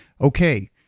Okay